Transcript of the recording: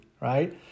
right